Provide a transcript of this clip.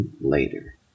later